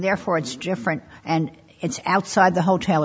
therefore it's different and it's outside the hotel